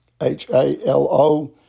H-A-L-O